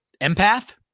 empath